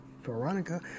Veronica